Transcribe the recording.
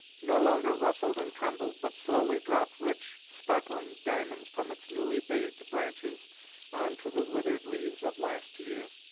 no longer rustled and trembled, but slowly dropped rich, sparkling diamonds from its newly-bathed branches on to the withered leaves of last year.